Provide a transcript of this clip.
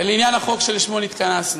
ולעניין החוק שלשמו התכנסנו: